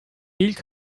i̇lk